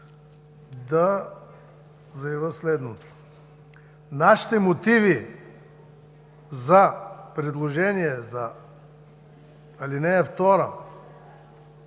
да заявя следното. Нашите мотиви за предложение за ал. 2